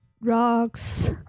rocks